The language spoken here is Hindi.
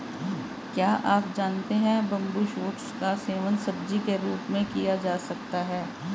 क्या आप जानते है बम्बू शूट्स का सेवन सब्जी के रूप में किया जा सकता है?